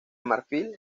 marfil